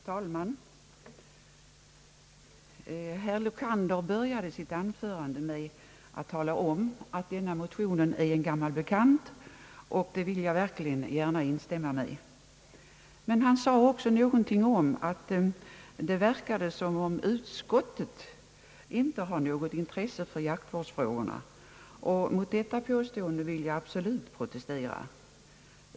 Herr talman! Herr Lokander började sitt anförande med att erinra om att denna motion är en gammal bekant, vilket jag gärna instämmer i. Men han sade också att det verkade som om utskottet inte har något intresse för jaktvårdsfrågorna, och mot det påståendet vill jag absolut protestera.